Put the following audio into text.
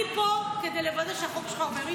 אני פה כדי לוודאי שהחוק שלך עובר.